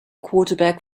quarterback